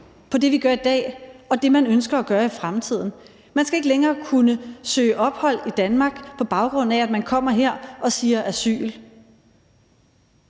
på det, vi gør i dag, og det, man ønsker at gøre i fremtiden. Man skal ikke længere kunne søge ophold i Danmark, på baggrund af at man kommer her og siger ordet